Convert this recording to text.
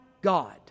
God